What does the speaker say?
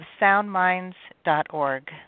SoundMinds.org